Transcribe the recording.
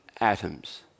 atoms